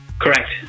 Correct